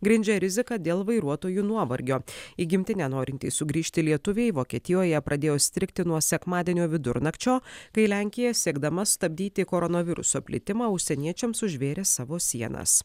grindžia rizika dėl vairuotojų nuovargio į gimtinę norintys sugrįžti lietuviai vokietijoje pradėjo strigti nuo sekmadienio vidurnakčio kai lenkija siekdama stabdyti koronaviruso plitimą užsieniečiams užvėrė savo sienas